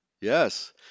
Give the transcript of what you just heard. Yes